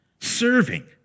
serving